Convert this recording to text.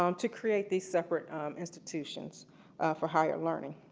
um to create these separate institutions for higher learning.